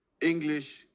English